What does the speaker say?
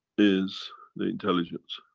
is the intelligence